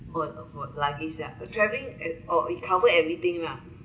what of what luggage ya travelling it oh it cover everything lah